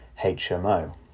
HMO